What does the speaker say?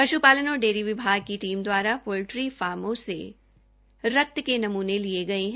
पश्पालन और डेयरी विभाग की टीम द्वारा पोल्ट्री फार्मो से रकत के नमूने लिये गये है